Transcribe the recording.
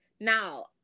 Now